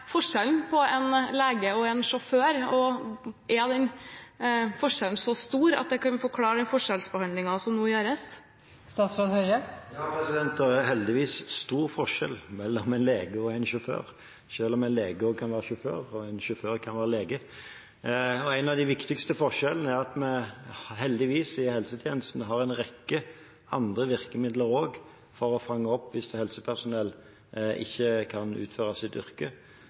forskjellen på en lege og en sjåfør, og er den forskjellen så stor at det kan forklare den forskjellsbehandlingen som nå gjøres? Ja, det er heldigvis stor forskjell mellom en lege og en sjåfør, selv om en lege også kan være sjåfør, og en sjåfør kan være lege. En av de viktigste forskjellene er at vi i helsetjenesten heldigvis har en rekke andre virkemidler også for å fange det opp hvis helsepersonell ikke kan utføre sitt yrke.